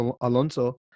Alonso